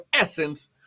essence